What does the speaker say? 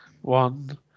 one